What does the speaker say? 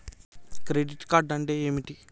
Credit card అంటే ఏమిటి?